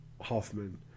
Hoffman